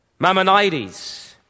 mammonides